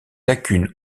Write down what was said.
lacunes